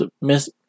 miss